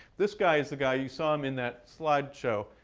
this guy is the guy you saw um in that slide show,